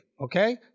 Okay